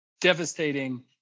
devastating